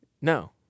No